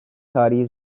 tarihi